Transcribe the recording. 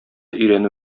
өйрәнү